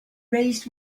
raised